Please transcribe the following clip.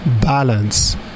balance